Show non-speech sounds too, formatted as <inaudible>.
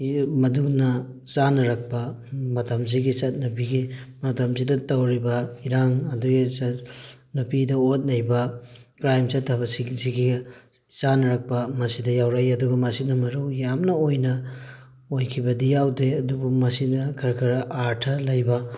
<unintelligible> ꯃꯗꯨꯅ ꯆꯥꯅꯔꯛꯄ ꯃꯇꯝꯁꯤꯒꯤ ꯆꯠꯅꯕꯤꯒꯤ ꯃꯇꯝꯁꯤꯗ ꯇꯧꯔꯤꯕ ꯏꯔꯥꯡ ꯑꯗꯨꯒꯤ ꯅꯨꯄꯤꯗ ꯑꯣꯠ ꯅꯩꯕ ꯀ꯭ꯔꯥꯏꯝ ꯆꯠꯊꯕ ꯁꯤꯒꯤ ꯁꯤꯒꯤ ꯆꯥꯅꯔꯛꯄ ꯃꯁꯤꯗ ꯌꯥꯎꯔꯛꯏ ꯑꯗꯨꯒ ꯃꯁꯤꯅ ꯃꯔꯨ ꯌꯥꯝꯅ ꯑꯣꯏꯅ ꯑꯣꯏꯈꯤꯕꯗꯤ ꯌꯥꯎꯗꯦ ꯑꯗꯨꯕꯨ ꯃꯁꯤꯗ ꯈꯔ ꯈꯔ ꯑꯥꯔꯊ ꯂꯩꯕ